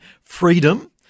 freedom